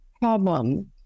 problem